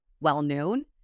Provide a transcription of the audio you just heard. well-known